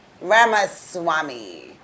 Ramaswamy